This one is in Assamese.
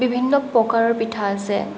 বিভিন্ন প্ৰকাৰৰ পিঠা আছে